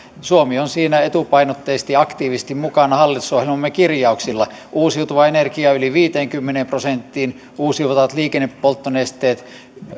suomi on siinä etupainotteisesti ja aktiivisesti mukana hallitusohjelmamme kirjauksilla uusiutuva energia yli viiteenkymmeneen prosenttiin uusiutuvat liikennepolttonesteet